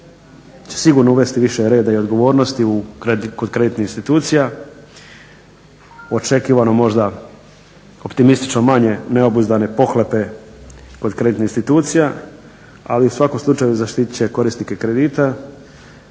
će sigurno uvesti više reda i odgovornosti kod kreditnih institucija. Očekivano možda optimistično manje neobuzdane pohlepe kod kreditnih institucija. Ali u svakom slučaju zaštiti će korisnike kredita.